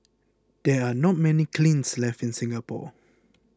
there are not many kilns left in Singapore